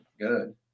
good